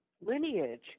lineage